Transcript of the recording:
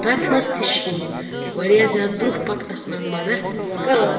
تَتھ منٛز تہِ چھِ یِم واریاہ زیادٕ برۄنٛہہ پَکنَس منٛز مدد کران